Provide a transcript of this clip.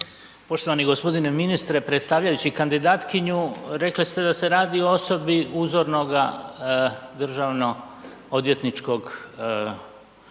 Poštovani g. ministre, predstavljajući kandidatkinju, rekli ste da se radi o osobni uzornoga državnoodvjetničke